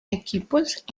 equipos